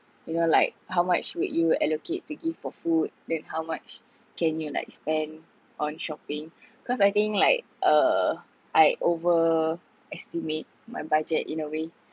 you know like how much would you allocate to give for food then how much can you like spend on shopping cause I think like uh I over estimate my budget in a way